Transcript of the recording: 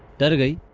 nobody